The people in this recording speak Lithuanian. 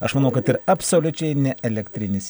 aš manau kad ir absoliučiai ne elektrinis